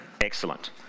excellent